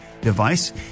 device